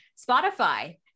Spotify